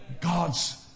God's